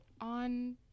on